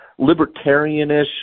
libertarianish